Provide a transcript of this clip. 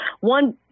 One